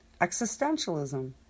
existentialism